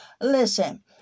Listen